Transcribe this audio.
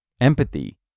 empathy